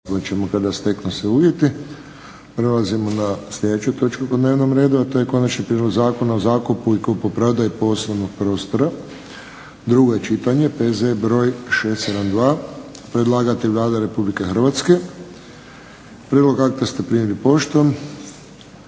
Josip (HSS)** Prelazimo na sljedeću točku po dnevnom redu, a to je - Konačni prijedlog zakona o zakupu i kupoprodaji poslovnoga prostora, drugo čitanje, P.Z. br. 672. Predlagatelj Vlada Republike Hrvatske. Prijedlog akta ste primili poštom.